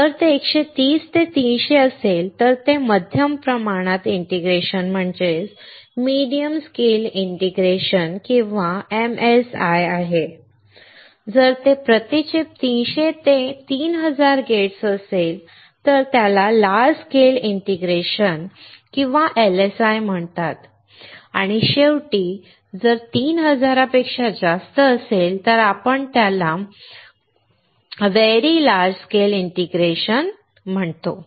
जर ते 130 ते 300 असेल तर ते मध्यम प्रमाणात इंटिग्रेशन किंवा MSI आहे जर ते प्रति चिप 300 ते 3000 गेट्स असेल तर त्याला लार्ज स्केल इंटिग्रेशन किंवा LSI म्हणतात आणि शेवटी जर ते 3000 पेक्षा जास्त असेल तर आपण त्याला लार्ज स्केल इंटिग्रेशन म्हणतो